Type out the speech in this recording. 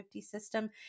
system